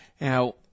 Now